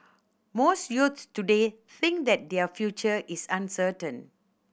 most youths today think that their future is uncertain